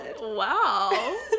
Wow